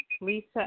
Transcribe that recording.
Lisa